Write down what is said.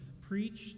preach